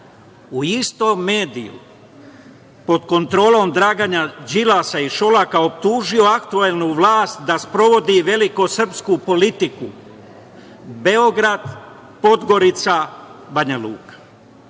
u istom mediju pod kontrolom Dragana Đilasa i Šolaka optužio aktuelnu vlast da sprovodi veliko srpsku politiku Beograd – Podgorica – Banja Luka. Ovako